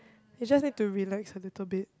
you just need to relax a little bit